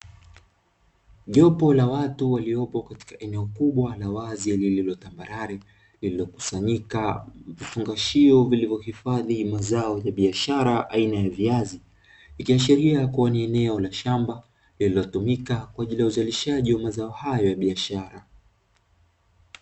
Jopo la watu waliopo katika eneo kubwa la wazi lililo tambarare, lililokusanyika vifungashio vilivyohifadhi mazao ya biashara aina ya viazi, ikiashiria kuwa ni eneo la shamba lililotumika kwa ajili ya uzalishaji wa mazao hayo ya biashara.